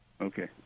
okay